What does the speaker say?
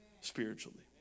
spiritually